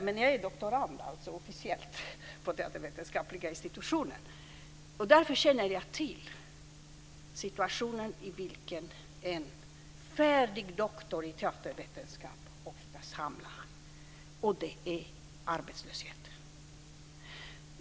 Men jag är alltså officiellt doktorand vid teatervetenskapliga institutionen, och därför känner jag till den situation i vilken en färdig doktor i teatervetenskap oftast hamnar, och det är arbetslöshet.